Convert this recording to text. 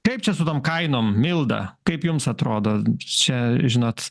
kaip čia su tom kainom milda kaip jums atrodo čia žinot